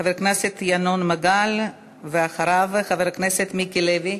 חבר הכנסת ינון מגל, ואחריו, חבר הכנסת מיקי לוי.